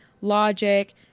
logic